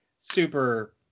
super